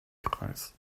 kreis